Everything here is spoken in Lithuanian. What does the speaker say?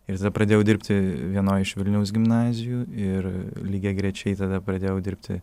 ir tada pradėjau dirbti vienoj iš vilniaus gimnazijų ir lygiagrečiai tada pradėjau dirbti